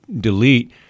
delete